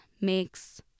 makes